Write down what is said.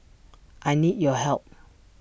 I need your help